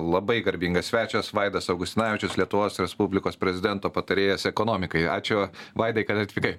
labai garbingas svečias vaidas augustinavičius lietuvos respublikos prezidento patarėjas ekonomikai ačiū vaidai kad atvykai